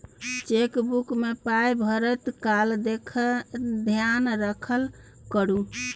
chequebook मे पाय भरैत काल धेयान राखल करू